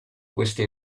questi